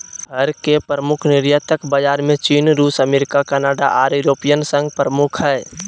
फर के प्रमुख निर्यातक बाजार में चीन, रूस, अमेरिका, कनाडा आर यूरोपियन संघ प्रमुख हई